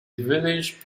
village